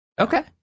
Okay